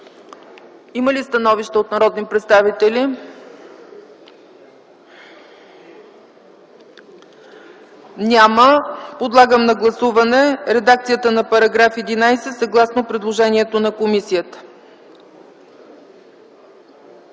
Има ли становища от народни представители? Няма. Подлагам на гласуване редакцията на § 11 съгласно предложението на комисията.